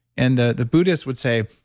and the the buddhist would say,